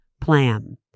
plan